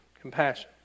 Compassion